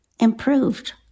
improved